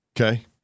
okay